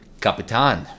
Capitan